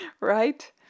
Right